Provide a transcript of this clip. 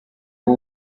w’u